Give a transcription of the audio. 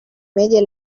medie